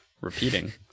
Repeating